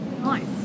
Nice